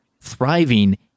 thriving